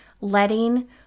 letting